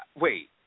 wait